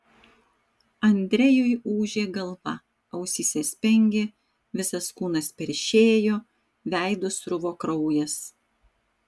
andrejui ūžė galva ausyse spengė visas kūnas peršėjo veidu sruvo kraujas